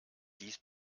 dies